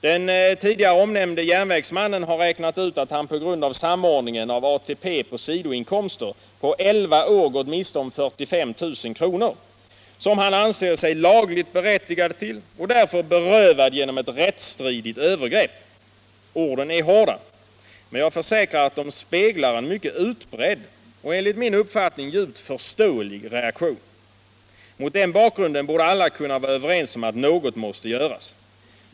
Den tidigare omnämnde järnvägsmannen har räknat ut att han på grund av samordningen av ATP på sidoinkomster på elva år gått miste om 45 000 kr., som han anser sig lagligt berättigad till och därför berövad genom ”ett rättstridigt övergrepp”. Orden är hårda, men jag försäkrar att de speglar en mycket utbredd och enligt min uppfattning djupt förståelig reaktion. Mot den bakgrunden borde alla kunna vara överens om att något måste göras.